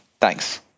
Thanks